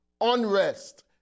Unrest